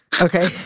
Okay